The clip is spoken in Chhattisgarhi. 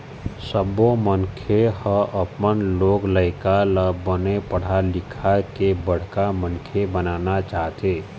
सब्बो मनखे ह अपन लोग लइका ल बने पढ़ा लिखा के बड़का मनखे बनाना चाहथे